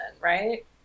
right